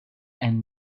and